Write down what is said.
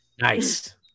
Nice